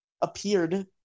appeared